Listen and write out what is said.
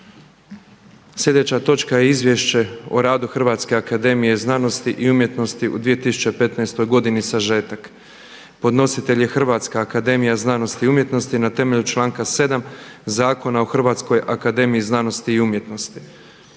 Sljedeća točka je: - Izvješće o radu Hrvatske akademije znanosti i umjetnosti u 2015. godini, sažetak. Podnositelj je Hrvatska akademija znanosti i umjetnosti na temelju članka 7. Zakona o Hrvatskoj akademiji znanosti i umjetnosti.